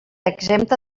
exempta